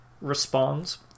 responds